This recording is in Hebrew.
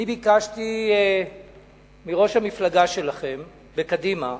ואני ביקשתי מראש המפלגה שלכם, בקדימה,